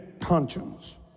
conscience